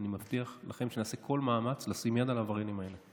אני מבטיח לכם שנעשה כל מאמץ לשים יד על העבריינים האלה.